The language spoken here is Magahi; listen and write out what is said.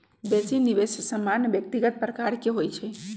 बेशी निवेश सामान्य व्यक्तिगत प्रकार के होइ छइ